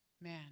man